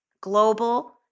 global